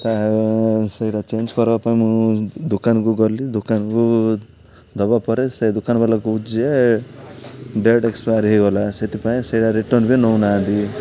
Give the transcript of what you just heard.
ତ ସେଇଟା ଚେଞ୍ଜ୍ କରିବା ପାଇଁ ମୁଁ ଦୋକାନକୁ ଗଲି ଦୋକାନକୁ ଦେବା ପରେ ସେ ଦୋକାନବାଲା କହୁଛି ଯେ ଡ଼େଟ୍ ଏକ୍ସପାୟାର୍ ହୋଇଗଲା ସେଥିପାଇଁ ସେଇଟା ରିଟର୍ନ ବି ନେଉନାହାନ୍ତି